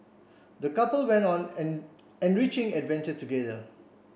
the couple went on an enriching adventure together